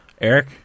Eric